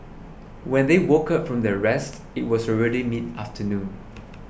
when they woke up from their rest it was already mid afternoon